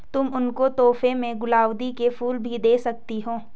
तुम उनको तोहफे में गुलाउदी के फूल भी दे सकती हो